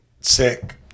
sick